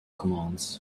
commands